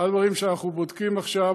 אחד הדברים שאנחנו בודקים עכשיו,